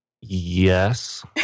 Yes